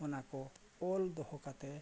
ᱚᱱᱟ ᱠᱚ ᱚᱞ ᱫᱚᱦᱚ ᱠᱟᱛᱮ